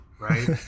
right